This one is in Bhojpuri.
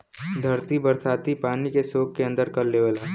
धरती बरसाती पानी के सोख के अंदर कर लेवला